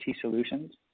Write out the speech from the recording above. solutions